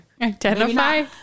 identify